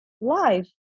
life